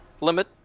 limit